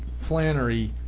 Flannery